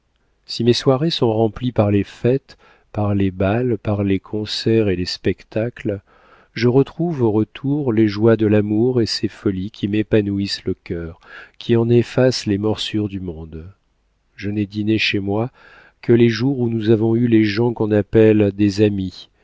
si mes soirées sont remplies par les fêtes par les bals par les concerts et les spectacles je retrouve au retour les joies de l'amour et ses folies qui m'épanouissent le cœur qui en effacent les morsures du monde je n'ai dîné chez moi que les jours où nous avons eu les gens qu'on appelle des amis